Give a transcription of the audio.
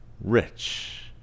rich